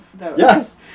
Yes